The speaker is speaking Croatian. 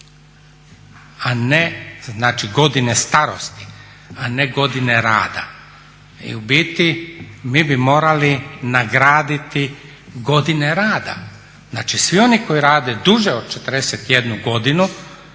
godine starosti, a ne godine rada. I u biti mi bi morali nagraditi godine rada. Znači, svi oni koji rade duže od 41 godinu,